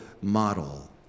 model